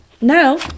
now